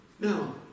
Now